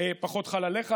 זה פחות חל עליך,